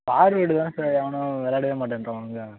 forward தான் sir எவனும் விளாடவே மாட்டேன்றானுங்க சார்